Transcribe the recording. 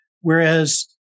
Whereas